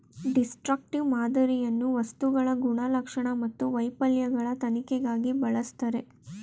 destructive ಮಾದರಿಯನ್ನು ವಸ್ತುಗಳ ಗುಣಲಕ್ಷಣ ಮತ್ತು ವೈಫಲ್ಯಗಳ ತನಿಖೆಗಾಗಿ ಬಳಸ್ತರೆ